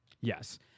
Yes